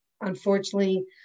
unfortunately